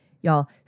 Y'all